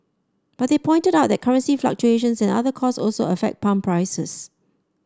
but they pointed out that currency fluctuations and other costs also affect pump prices